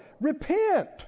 Repent